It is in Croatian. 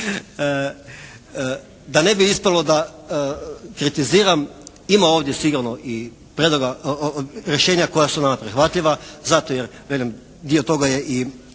Da ne bi ispalo da kritiziram ima ovdje sigurno i rješenja koja su nam prihvatljiva zato jer velim dio toga je i